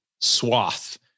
swath